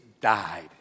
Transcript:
died